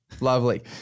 Lovely